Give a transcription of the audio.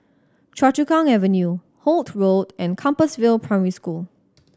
Choa Chu Kang Avenue Holt Road and Compassvale Primary School